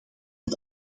het